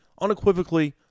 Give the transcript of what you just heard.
unequivocally